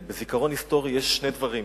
למדתי שבזיכרון היסטורי יש שני דברים: